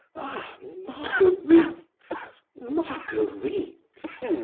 ah! marguerites, marguerites!